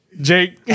Jake